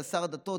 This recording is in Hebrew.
כשהיה שר הדתות,